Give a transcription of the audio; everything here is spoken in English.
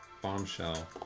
bombshell